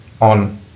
on